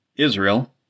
Israel